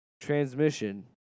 transmission